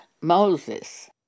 Moses